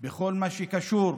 בכל מה שקשור,